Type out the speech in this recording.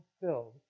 filled